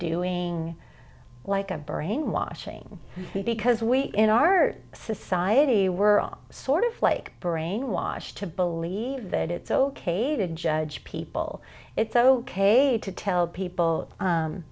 doing like a brainwashing because we in our society we're all sort of like brainwashed to believe that it's ok to judge people it's ok to tell people